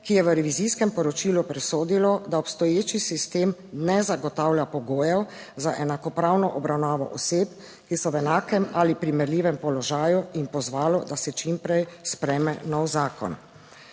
ki je v revizijskem poročilu presodilo, da obstoječi sistem ne zagotavlja pogojev za enakopravno obravnavo oseb, ki so v enakem ali primerljivem položaju in pozvalo, da se čim prej sprejme nov zakon.